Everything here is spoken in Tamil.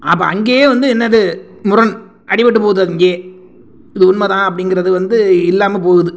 அப்போ அங்கேயே வந்து என்னது முரண் அடிப்பட்டுபோது அங்கேயே இது உண்ம தான் அப்படிங்கிறது வந்து இல்லாமல் போகுது